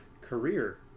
Career